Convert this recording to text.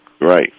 Right